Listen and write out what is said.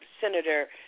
Senator